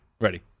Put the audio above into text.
Ready